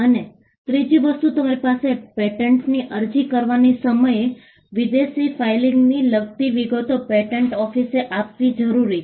અને ત્રીજી વસ્તુ તમારે પેટન્ટની અરજી કરવાના સમયે વિદેશી ફાઈલિંગને લગતી વિગતો પેટન્ટ ઓફિસે આપવી જરૂરી છે